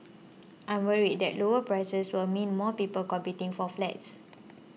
I'm worried that lower prices will mean more people competing for flats